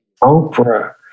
Oprah